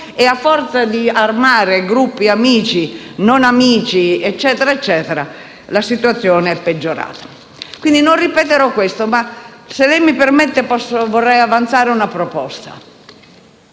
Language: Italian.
e a forza di armare gruppi amici, non amici e quant'altro, la situazione è peggiorata. Quindi non mi ripeterò su questo, ma se lei mi permette, vorrei avanzare una proposta.